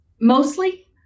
mostly